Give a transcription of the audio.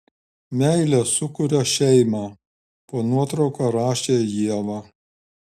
meilė sukuria šeimą po nuotrauka rašė ieva